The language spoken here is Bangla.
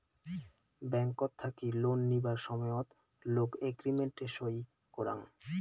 ব্যাংকট থাকি লোন নিবার সময়ত লোক এগ্রিমেন্ট সই করাং